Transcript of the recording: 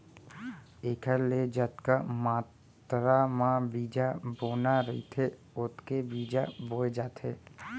एखर ले जतका मातरा म बीजा बोना रहिथे ओतने बीजा बोए जाथे